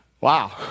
Wow